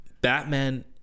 Batman